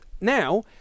Now